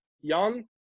Young